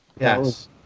yes